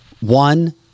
one